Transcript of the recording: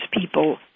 people